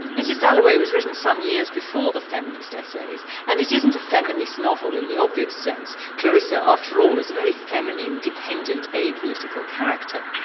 mrs. dalloway was written some years before the feminist essays. and it isn't a feminist novel in the obvious sense. clarissa, after all, is a very feminine, dependent, apolitical character.